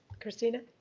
kristina